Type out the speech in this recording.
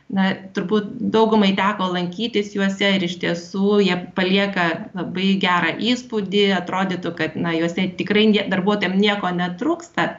na turbūt daugumai teko lankytis juose ir iš tiesų jie palieka labai gerą įspūdį atrodytų kad na juose tikrai ne darbuotojam nieko netrūksta